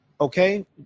Okay